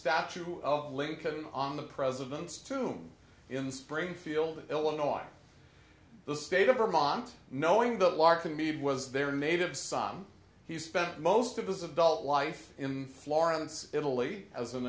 statue of lincoln on the president's tomb in springfield illinois the state of vermont knowing that larkin mead was their native son he spent most of his adult life in florence italy as an